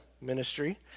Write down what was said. ministry